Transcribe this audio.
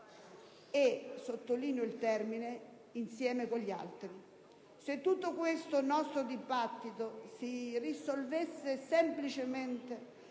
e - sottolineo il termine - insieme con gli altri. Se tutto questo nostro dibattito si risolvesse semplicemente